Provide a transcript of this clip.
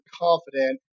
confident